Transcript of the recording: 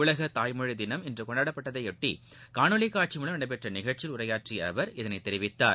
உலக தாய்மொழி தினம் இன்று கொண்டாடப்பட்டதையொட்டி காணொலி காட்சி மூலம் நடைபெற்ற நிகழ்ச்சியில் உரையாற்றிய அவர் இதனை தெரிவித்தார்